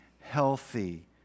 healthy